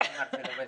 שמי מרסלו בז,